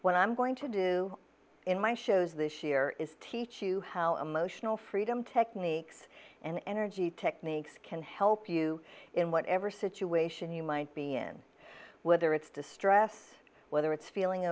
when i'm going to do in my shows this year is teach you how emotional freedom techniques and energy techniques can help you in whatever situation you might be in whether it's to stress whether it's feeling